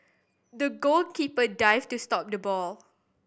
the goalkeeper dived to stop the ball